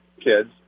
kids